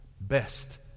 best